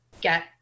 get